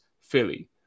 Philly